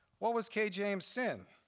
what was kay james' sin?